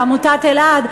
לעמותת אלע"ד,